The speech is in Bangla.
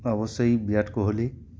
অবশ্যই বিরাট কোহলি